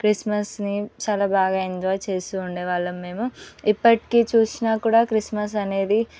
క్రిస్మస్ని చాలా బాగా ఎంజాయ్ చేస్తూ ఉండేవాళ్ళం మేము ఇప్పటికీ చూసినా కూడా క్రిస్మస్ అనేది